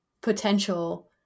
potential